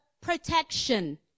protection